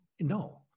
no